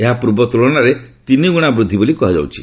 ଏହା ପୂର୍ବ ତୁଳନାରେ ତିନିଗୁଣା ବୃଦ୍ଧି ବୋଲି କୁହାଯାଇଛି